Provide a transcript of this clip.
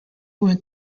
went